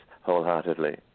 wholeheartedly